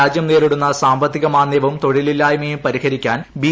രാജ്യം നേരിടുന്ന സാമ്പത്തിക മാന്ദ്യവും തൊഴിലില്ലായ്മയും പരിഹരിക്കാൻ ബി